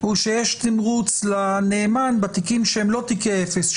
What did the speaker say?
יש תמרוץ לנאמן בתיקים שהם לא תיקי אפס,